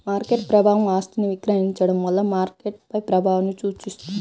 market ప్రభావం ఆస్తిని విక్రయించడం వల్ల మార్కెట్పై ప్రభావాన్ని సూచిస్తుంది